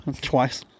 Twice